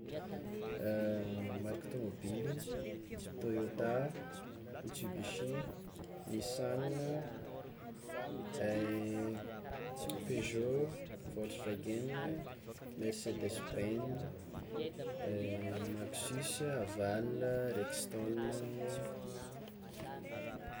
Marika tômôbiligny: Toyota, Mitsubishi, Nissan, Peugeot, Volks wagen, Mercedes benz, Maxus, Haval, Rexton.